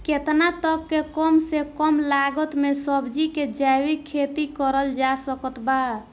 केतना तक के कम से कम लागत मे सब्जी के जैविक खेती करल जा सकत बा?